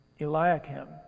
Eliakim